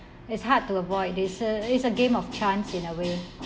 it's hard to avoid it's a it's a game of chance in a way